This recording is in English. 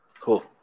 Cool